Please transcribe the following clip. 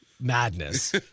Madness